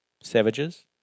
savages